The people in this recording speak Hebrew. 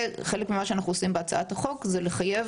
חלק ממה שאנחנו עושים בהצעת החוק זה לחייב